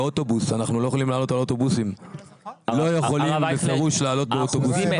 אנחנו לא יכולים לעלות על אוטובוסים.